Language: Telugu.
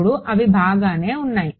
ఇప్పుడు అవి బాగానే ఉన్నాయి